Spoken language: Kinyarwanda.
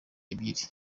ebyiri